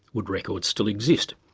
would records still exist?